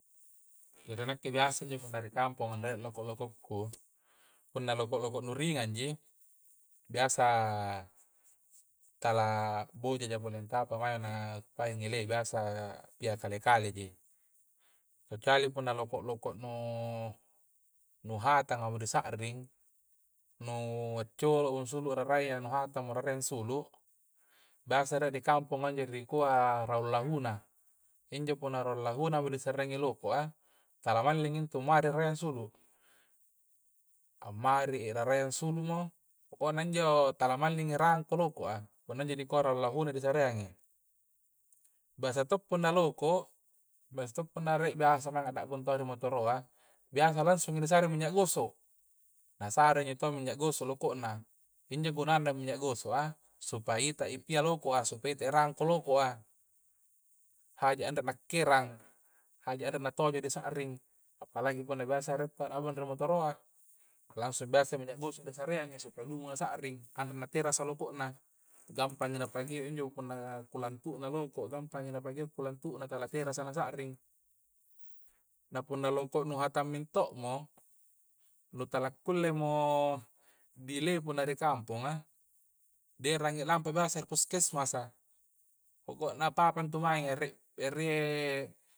Jadi nakke' biasa injo punna ri' kamponga' na re' loko-lokokku' punna loko-loko nu ringang' ji biasa tala' boja jako nan taba' mae' na, palingi' leba' biasa' ya kale-kale ji kecuali punna' loko-loko' nu, nu hatanga punna di sa'ring nu culu' mu sulu'larai' iya nu hatang' mo rereang' sulu' biasa re' dikamponga' injo ri' kua raung' lahuna injo punna raung' lahuna mo di sarreangi loko' a', tala malling' intu ma re'reang sulu' ammari'i re'reya sulu mo, poko'na injo tala mallingi' rangko' loko'a, punna injo di kua' raung' lahuna disareangi' biasa to punna na loko' biasa to' punna re' biasa mangang' da'bung ri motoroa', biasa langsung ni disare' minya' gosok na sare'i injo to' minya' gosok loko' na injo gunanna minya' goso'a, supaya ita'i pia loko'a, supaya ita'i rangko' loko'a haja' na anre' nakkerang', haja' na anre' ditojo'i sa'ring palagi punna biasa re' tau' da'bung ri motoroa langsung biasa minya' goso disareangi' supaya lumu' na sa'ring anre' na terasa' loko'na gampangi na pakea' injo punna kulangtu'na loko' gampangi na pageo' kulangtu'na tala terasa nasa'ring nah punna loko' hatangmi' to'mo nu tala kulle mo di le' punna ri kampongan' di erangi lampa' biasa ri poskesmasa' poko'na apa-apa intu mange re' rie